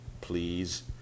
please